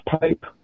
pipe